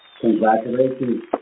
Congratulations